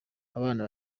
abana